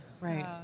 right